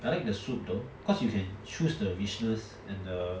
I like the soup though cause you can choose the dishes and the